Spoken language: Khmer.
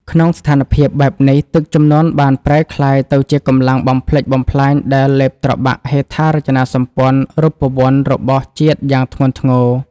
ក្នុងស្ថានភាពបែបនេះ ទឹកជំនន់បានប្រែក្លាយទៅជាកម្លាំងបំផ្លិចបំផ្លាញដែលលេបត្របាក់ហេដ្ឋារចនាសម្ព័ន្ធរូបវន្តរបស់ជាតិយ៉ាងធ្ងន់ធ្ងរ។